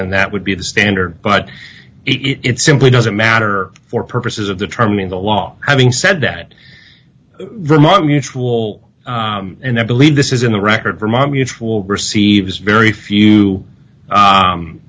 and that would be the standard but it simply doesn't matter for purposes of determining the law having said that vermont mutual and i believe this is in the record vermont mutual receives very few